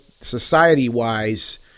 society-wise